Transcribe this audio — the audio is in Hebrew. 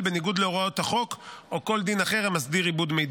בניגוד להוראות החוק או כל דין אחר המסדיר עיבוד מידע,